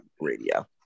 radio